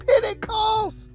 Pentecost